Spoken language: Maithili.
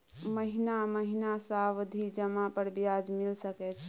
महीना महीना सावधि जमा पर ब्याज मिल सके छै?